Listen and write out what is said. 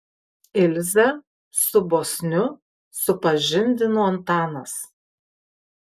ilzę su bosniu supažindino antanas